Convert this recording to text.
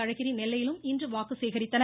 அழகிரி நெல்லையிலும் இன்று வாக்கு சேகரிக்கின்றனர்